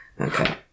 Okay